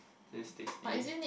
then it's tasty eh